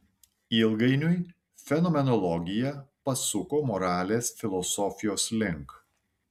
ilgainiui fenomenologija pasuko moralės filosofijos link